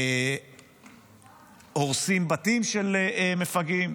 הורסים בתים של מפגעים,